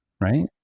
right